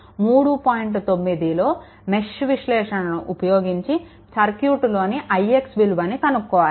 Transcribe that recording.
9లో mesh అనాలిసిస్ని ఉపయోగించి సర్క్యూట్లోని ix విలువని కనుక్కోవాలి